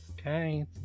Okay